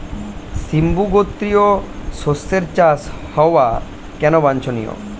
সিম্বু গোত্রীয় শস্যের চাষ হওয়া কেন বাঞ্ছনীয়?